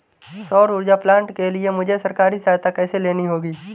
सौर ऊर्जा प्लांट के लिए मुझे सरकारी सहायता कैसे लेनी होगी?